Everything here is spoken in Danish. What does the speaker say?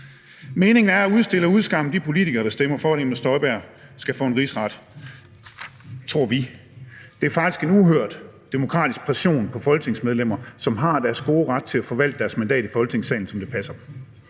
Meningen er at udstille og udskamme de politikere, der stemmer for, at Inger Støjberg skal for en rigsret, tror vi. Det er faktisk en uhørt demokratisk pression på folketingsmedlemmer, som har deres gode ret til at forvalte deres mandat i Folketingssalen, som det passer